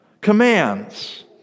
commands